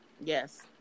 Yes